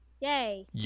Yay